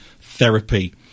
therapy